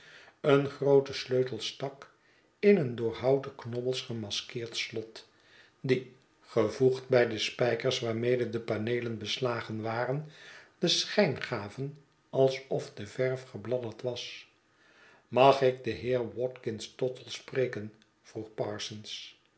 een grooten sleutel stak in een door houten knobbels gemaskeerd slot die gevoegd bij de spijkers waarmede de paneelen beslagen waren den schijn gaven alsof de verf gebladderd was mag ik den heer watkins tottle spreken vroeg parsons